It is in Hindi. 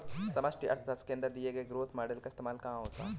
समष्टि अर्थशास्त्र के अंदर दिए गए ग्रोथ मॉडेल का इस्तेमाल कहाँ होता है?